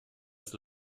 ist